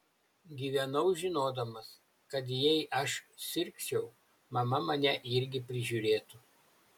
gyvenau žinodamas kad jei aš sirgčiau mama mane irgi prižiūrėtų